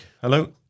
Hello